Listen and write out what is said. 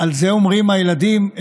על זה אומרים הילדים,